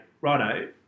righto